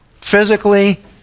Physically